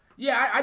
yeah,